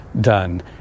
done